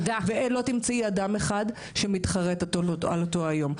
ולא תמצאי אדם אחד שמתחרט על אותו היום,